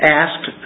asked